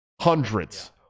Hundreds